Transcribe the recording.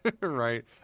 Right